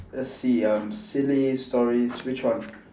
let's see um silly stories which one